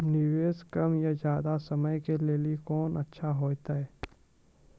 निवेश कम या ज्यादा समय के लेली कोंन अच्छा होइतै?